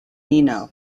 nino